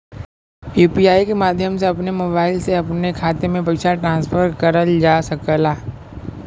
UPI के माध्यम से अपने मोबाइल से अपने खाते में पइसा ट्रांसफर करल जा सकला